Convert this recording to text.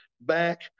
back